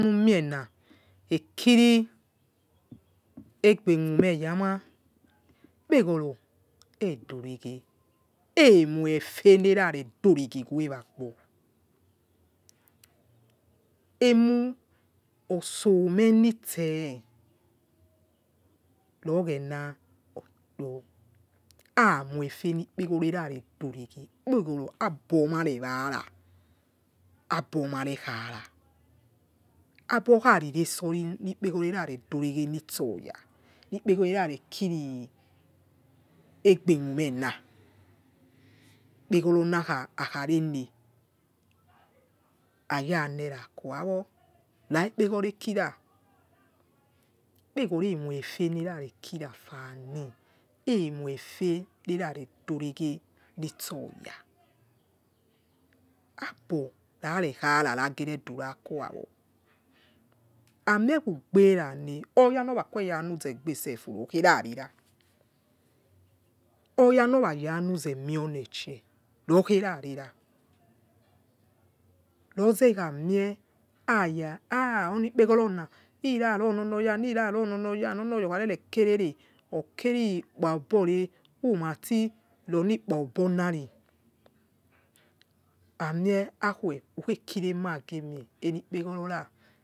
Ekiri egbemameyama ikpgoroedo reghe emofe neraredoreghe weh wagbo emuosome nitse ro oghena oh amofe nipegoro rare doreghe ipeghoro abomarewara abo marekh ana abokhari resori nipegorokha redoreghe nitsoya nipegoro rarekiri egbemumena ikpegoro nakhanene ayanerakuwo ra ikpegoro kira ikpegoro na nekira fani enofe nera nedoreghe nitsoya aborarekhara rageredurakuwo ami ekugberane oyanorakuwyanuzegbera rokherarera oyanor ayanu zemi eonecher rokhera rera rozheikhamie khaya oyor enikp egorona irarononoyana onoyaokhare rekerere okerikpa obore uratironi kpaobonari amiekhakueukhekira emagemie enikpegorora,